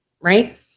Right